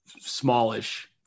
smallish